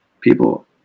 people